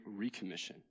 Recommission